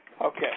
Okay